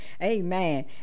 Amen